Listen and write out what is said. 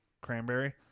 cranberry